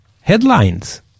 headlines